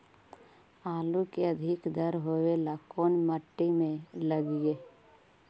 आलू के अधिक दर होवे ला कोन मट्टी में लगीईऐ?